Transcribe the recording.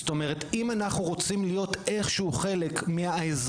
זאת אומרת שאם אנחנו רוצים להיות איכשהו חלק מהעזרה